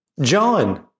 John